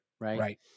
Right